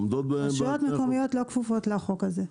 רשויות מקומיות לא כפופות לחוק הזה.